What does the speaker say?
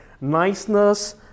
niceness